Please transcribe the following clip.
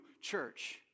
church